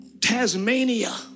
Tasmania